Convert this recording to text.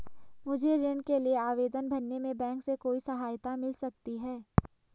मुझे ऋण के लिए आवेदन भरने में बैंक से कोई सहायता मिल सकती है?